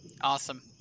Awesome